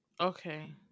Okay